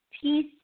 peace